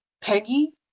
peggy